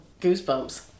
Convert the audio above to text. goosebumps